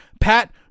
Pat